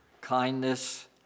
kindness